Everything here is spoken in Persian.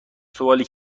سوالی